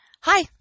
Hi